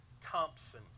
Thompson